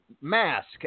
Mask